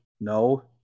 no